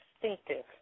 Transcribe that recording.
distinctive